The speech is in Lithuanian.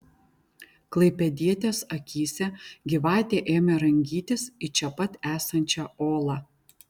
klaipėdietės akyse gyvatė ėmė rangytis į čia pat esančią olą